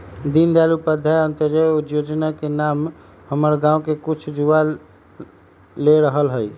दीनदयाल उपाध्याय अंत्योदय जोजना के नाम हमर गांव के कुछ जुवा ले रहल हइ